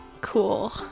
cool